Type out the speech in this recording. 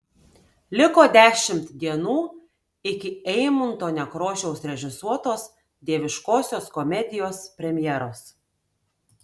liko dešimt dienų iki eimunto nekrošiaus režisuotos dieviškosios komedijos premjeros